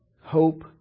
hope